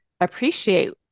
appreciate